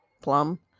Plum